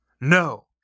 No